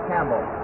Campbell